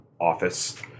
office